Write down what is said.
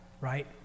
right